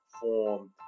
formed